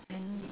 then